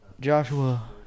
Joshua